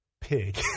pig